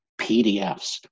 PDFs